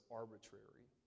arbitrary